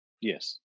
Yes